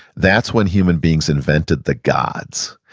that's when human beings invented the gods,